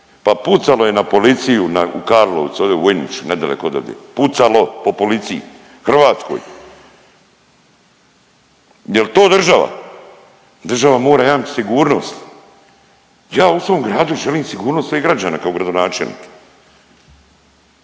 Pa pucalo je na policiju u Karlovcu, ovdje u Vojniću nedaleko odavde. Pucalo po policiji, hrvatskoj. Je li to država? Država mora jamčiti sigurnost. Ja u svom gradu želim sigurnost svih građana kao gradonačelnik.